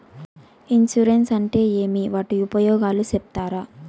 Insurance అంటే ఏమి? వాటి ఉపయోగాలు సెప్తారా?